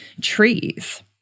trees